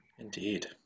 Indeed